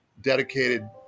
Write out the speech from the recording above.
dedicated